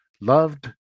loved